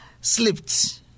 slipped